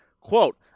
Quote